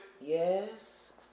Yes